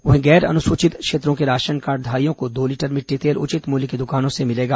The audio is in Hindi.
वहीं गैर अनुसूचित क्षेत्रों के राशनकार्डधारियों को दो लीटर मिट्टी तेल उचित मूल्य की दुकानों से मिलेगा